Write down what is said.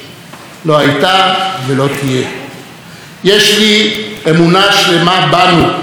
יש לי אמונה שלמה בנו הישראלים ובראש הבריא שלנו,